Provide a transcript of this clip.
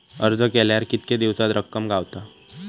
अर्ज केल्यार कीतके दिवसात रक्कम गावता?